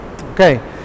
Okay